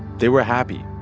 they were happy.